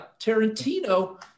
Tarantino